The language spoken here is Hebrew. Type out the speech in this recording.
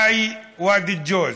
חאי ואדי ג'וז,